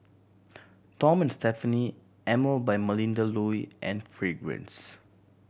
Tom and Stephanie Emel by Melinda Looi and Fragrance